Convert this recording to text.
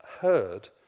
heard